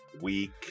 week